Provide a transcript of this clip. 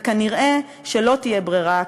וכנראה לא תהיה ברירה,